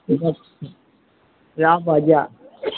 रखऽ राखऽ जा